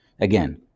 Again